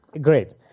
Great